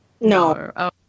No